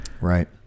Right